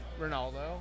Ronaldo